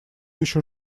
еще